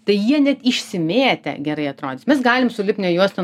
tai jie net išsimėtę gerai atrodys mes galim su lipnia juosta